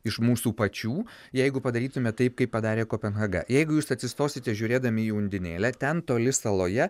iš mūsų pačių jeigu padarytume taip kaip padarė kopenhaga jeigu jūs atsistosite žiūrėdami į undinėlę ten toli saloje